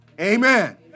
Amen